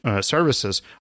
services